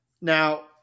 Now